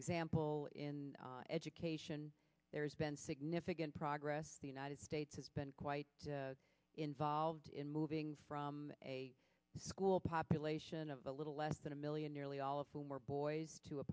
example in education there's been significant progress the united states has been quite involved in moving from a school population of a little less than a million nearly all of whom are boys to a